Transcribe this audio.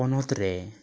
ᱯᱚᱱᱚᱛ ᱨᱮ